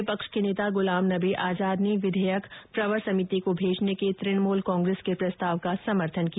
विपक्ष के नेता गुलाम नबी आजाद ने विधेयक प्रवर समिति को भेजने के तृणमूल कांग्रेस के प्रस्ताव का समर्थन किया